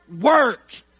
work